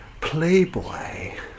Playboy